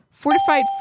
Fortified